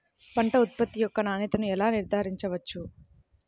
పంట ఉత్పత్తి యొక్క నాణ్యతను ఎలా నిర్ధారించవచ్చు?